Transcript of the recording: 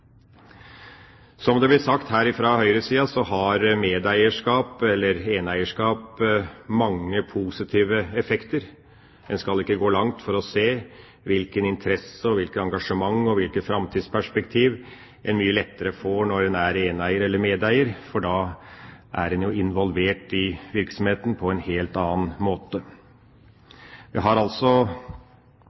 Som det blir sagt her fra høyresida, har medeierskap eller eneeierskap mange positive effekter. En skal ikke gå langt for å se hvilken interesse, hvilket engasjement og hvilke framtidsperspektiv en mye lettere får når en er eneeier eller medeier, for da er en involvert i virksomheten på en helt annen måte. Det har mange positive effekter, det å ha privat eiendomsrett. Det er det vi